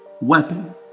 weapon